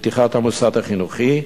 לפתיחת המוסד החינוכי.